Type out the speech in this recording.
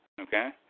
Okay